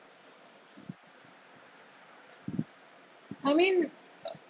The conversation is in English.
I mean uh